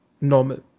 normal